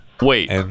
wait